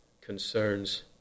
concerns